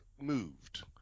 moved